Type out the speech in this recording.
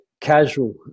casual